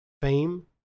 fame